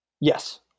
Yes